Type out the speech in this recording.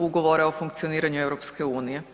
Ugovora o funkcioniranju EU.